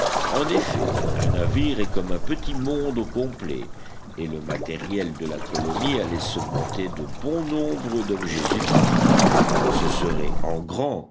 en effet un navire est comme un petit monde au complet et le matériel de la colonie allait s'augmenter de bon nombre d'objets utiles ce serait en grand